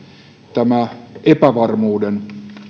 tämä epävarmuuden